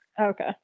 okay